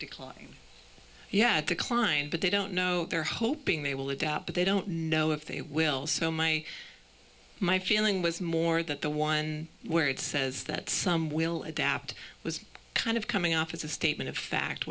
decline yet decline but they don't know they're hoping they will adopt they don't know if they will so my my feeling was more that the one where it says that some will adapt was kind of coming off as a statement of fact